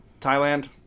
Thailand